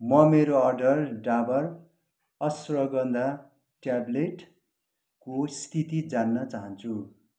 म मेरो अर्डर डाबर अश्वगन्धा ट्याबलेटको स्थिति जान्न चाहन्छु